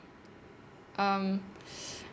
um